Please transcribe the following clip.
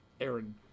Aaron